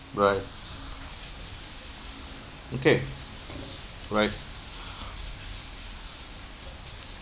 right okay right